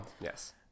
Yes